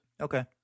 Okay